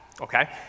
Okay